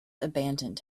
abandoned